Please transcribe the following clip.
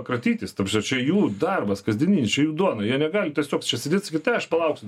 kratytis ta prasme čia jų darbas kasdieninis čia jų duona jie negali tiesiog čia sėdėt sakyt tai aš palauksiu